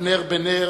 אבנר בן נר,